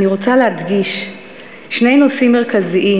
אני רוצה להדגיש שני נושאים מרכזיים